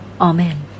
Amen